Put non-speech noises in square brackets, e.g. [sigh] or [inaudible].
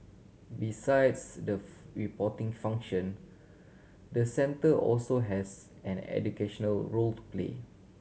besides the [unintelligible] reporting function the centre also has an educational role to play